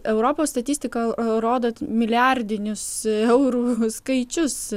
europos statistika rodo milijardinius eurų skaičius